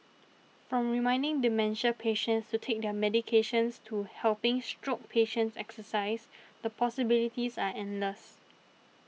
from reminding dementia patients to take their medications to helping stroke patients exercise the possibilities are endless